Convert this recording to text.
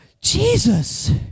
Jesus